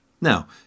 Now